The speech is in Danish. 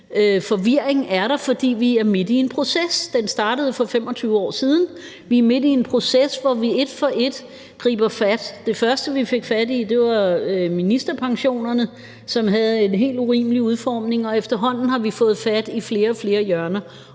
forvirring er der, for vi er midt i en proces. Den startede for 25 år siden. Vi er midt i en proces, hvor vi et for et griber fat. Det første, vi fik fat i, var ministerpensionerne, som havde en helt urimelig udformning, og efterhånden har vi fået fat i flere og flere hjørner.